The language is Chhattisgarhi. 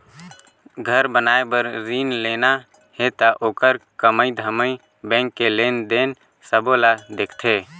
घर बनाए बर रिन लेना हे त ओखर कमई धमई बैंक के लेन देन सबो ल देखथें